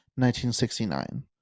1969